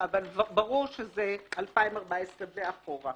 אבל ברור שזה 2014 ואחורה.